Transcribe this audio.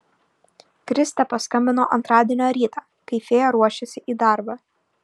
kristė paskambino antradienio rytą kai fėja ruošėsi į darbą